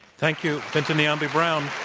thank you, binta niambi brown.